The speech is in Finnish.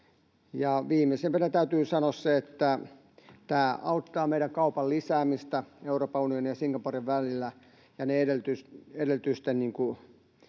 Viimeisimpänä täytyy sanoa se, että tämä auttaa meidän kaupan lisäämistä Euroopan unionin ja Singaporen välillä, ja niiden edellytysten